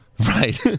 Right